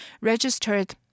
registered